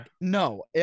No